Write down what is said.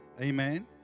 amen